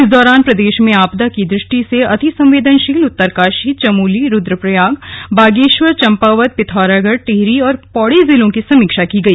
इस दौरान प्रदेश में आपदा की दृष्टि से अति संवेदनशील उत्तरकाशी चमोली रूद्रप्रयाग बागेश्वर चम्पावत पिथौरागढ़ टिहरी और पौड़ी जिलों की समीक्षा की गई